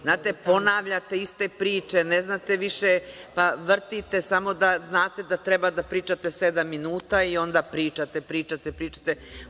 Znate, ponavljate iste priče, ne znate više, pa vrtite, samo da znate da treba da pričate sedam minuta i onda pričate, pričate, pričate.